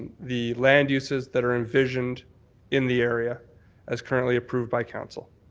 the land uses that are envisioned in the area as currently approved by council.